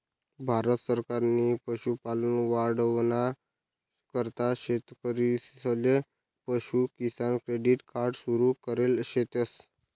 भारत सरकारनी पशुपालन वाढावाना करता शेतकरीसले पशु किसान क्रेडिट कार्ड सुरु करेल शेतस